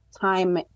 time